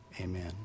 Amen